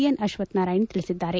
N Akshath Narayana ತಿಳಿಸಿದ್ದಾರೆ